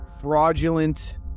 fraudulent